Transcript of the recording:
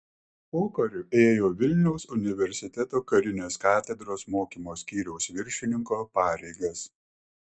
pokariu ėjo vilniaus universiteto karinės katedros mokymo skyriaus viršininko pareigas